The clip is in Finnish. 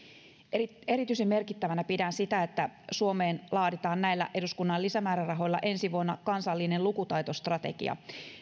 erityisen merkittävänä pidän sitä että suomeen laaditaan näillä eduskunnan lisämäärärahoilla ensi vuonna kansallinen lukutaitostrategia